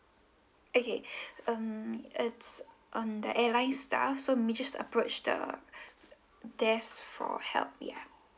okay um it's on the airline staff so maybe just approach the desk for help ya